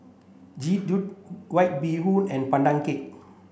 Jian Dui White Bee Hoon and Pandan Cake